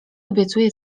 obiecuję